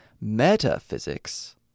Metaphysics